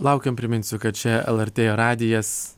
laukiam priminsiu kad čia lrt radijas